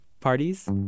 Parties